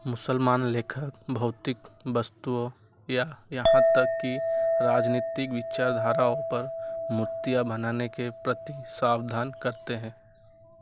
मुसलमान लेखक भौतिक वस्तुओं या यहाँ तक कि राजनीतिक विचारधाराओं पर मूर्तियाँ बनाने के प्रति सावधान करते हैं